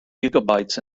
gigabytes